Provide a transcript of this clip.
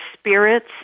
spirits